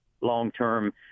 long-term